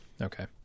Okay